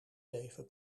leven